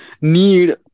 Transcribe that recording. need